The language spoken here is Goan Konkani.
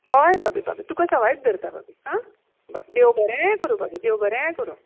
हय भाभी भाभी तुका सवायच धरता भाभी बरें देव बरें करूं भाभी देव बरें करूं